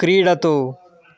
क्रीडतु